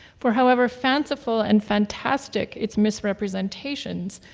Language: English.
for however fanciful and fantastic its misrepresentations,